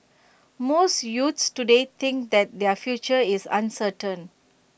most youths today think that their future is uncertain